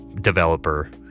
developer